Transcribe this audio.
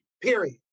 period